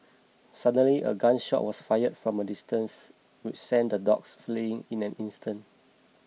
suddenly a gun shot was fired from a distance which sent the dogs fleeing in an instant